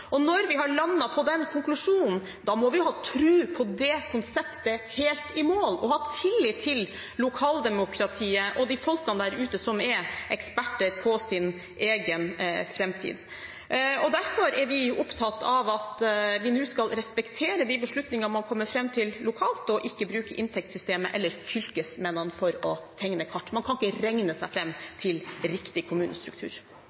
Og når vi har landet på den konklusjonen, må vi jo ha tro på det konseptet helt i mål og ha tillit til lokaldemokratiet og de folkene der ute som er eksperter på sin egen framtid. Derfor er vi opptatt av at vi nå skal respektere de beslutninger man kommer fram til lokalt, og ikke bruke inntektssystemet eller fylkesmennene for å tegne kart. Man kan ikke regne seg